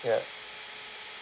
ya